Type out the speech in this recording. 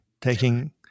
taking